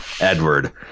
Edward